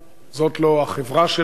זאת לא החברה שלנו,